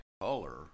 color